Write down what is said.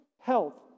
health